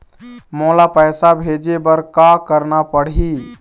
मोला पैसा भेजे बर का करना पड़ही?